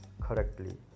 correctly